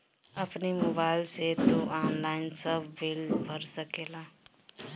अपनी मोबाइल से तू ऑनलाइन सब बिल भर सकेला